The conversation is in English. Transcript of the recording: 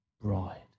bride